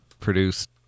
Produced